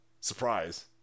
Surprise